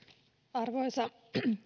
arvoisa